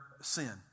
sin